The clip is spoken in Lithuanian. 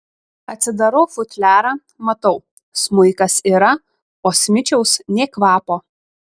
atsidarau futliarą matau smuikas yra o smičiaus nė kvapo